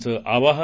चंआवाहन